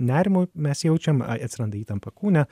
nerimui mes jaučiam atsiranda įtampa kūne